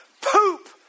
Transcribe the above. poop